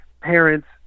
parents